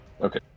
Okay